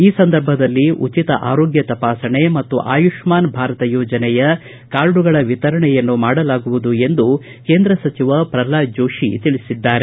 ಈ ಸಂದರ್ಭದಲ್ಲಿ ಉಚಿತ ಆರೋಗ್ಯ ತಪಾಸಣೆ ಮತ್ತು ಆಯುಷ್ಲಾನ ಭಾರತ ಯೋಜನೆಯ ಕಾರ್ಡುಗಳ ವಿತರಣೆಯನ್ನು ಮಾಡಲಾಗುವುದು ಎಂದು ಕೇಂದ್ರ ಸಚಿವ ಪ್ರಲ್ನಾದ ಜೋತಿ ಟ್ವೇಟ್ ಮಾಡಿದ್ದಾರೆ